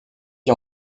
vit